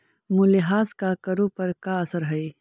मूल्यह्रास का करों पर का असर हई